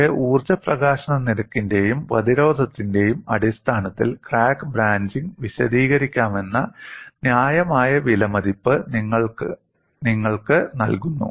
പക്ഷേ ഊർജ്ജ പ്രകാശന നിരക്കിന്റെയും പ്രതിരോധത്തിന്റെയും അടിസ്ഥാനത്തിൽ ക്രാക്ക് ബ്രാഞ്ചിംഗ് വിശദീകരിക്കാമെന്ന ന്യായമായ വിലമതിപ്പ് നിങ്ങൾക്ക് നൽകുന്നു